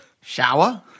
Shower